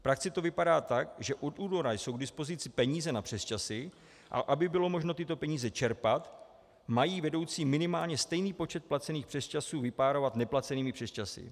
V praxi to vypadá tak, že od února jsou k dispozici peníze na přesčasy, a aby bylo možno tyto peníze čerpat, mají vedoucí minimálně stejný počet placených přesčasů vypárovat neplacenými přesčasy.